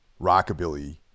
rockabilly